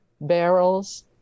barrels